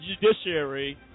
Judiciary